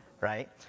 right